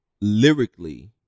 lyrically